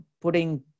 putting